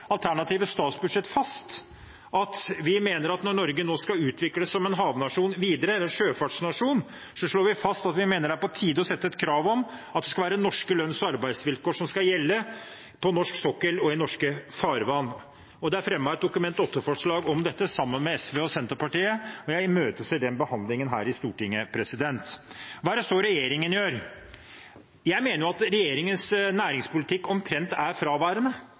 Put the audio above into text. alternative statsbudsjett fast at når Norge nå skal utvikles videre som sjøfartsnasjon, er det på tide å stille krav om at det er norske lønns- og arbeidsvilkår som skal gjelde på norsk sokkel og i norske farvann. Vi har fremmet et Dokument 8-forslag om dette sammen med SV og Senterpartiet, og jeg imøteser behandlingen av det her i Stortinget. Hva er det så regjeringen gjør? Jeg mener at regjeringens næringspolitikk er omtrent fraværende. Der hvor man burde styrke innsatsen, svekker man innsatsen. Et godt eksempel er